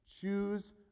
choose